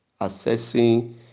assessing